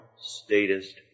statist